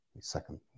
Second